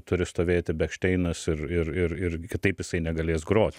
turi stovėti bekšteinas ir ir ir ir kitaip jisai negalės grot